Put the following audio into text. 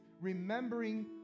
remembering